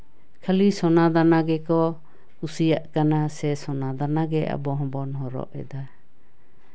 ᱠᱷᱟᱹᱞᱤ ᱥᱳᱱᱟ ᱫᱟᱱᱟ ᱜᱮᱠᱚ ᱠᱩᱥᱤᱭᱟᱜ ᱠᱟᱱᱟ ᱥᱮ ᱥᱳᱱᱟ ᱫᱟᱱᱟ ᱜᱮ ᱟᱵᱚ ᱦᱚᱸᱵᱚᱱ ᱦᱚᱨᱚᱜ ᱮᱫᱟ